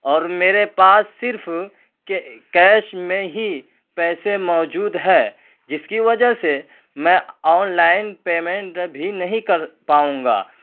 اور میرے پاس صرف کیش میں ہی پیسے موجود ہے جس کی وجہ سے میں آن لائن پیمنٹ بھی نہیں کر پاؤں گا